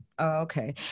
Okay